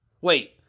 Wait